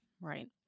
Right